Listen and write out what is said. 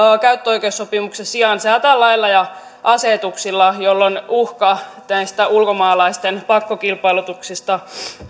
käyttöoikeussopimuksen sijaan säätää lailla ja asetuksilla jolloin uhka näistä ulkomaalaisten pakkokilpailutuksista